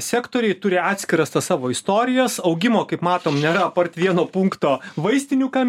sektoriai turi atskiras tas savo istorijas augimo kaip matom nėra apart vieno punkto vaistinių kam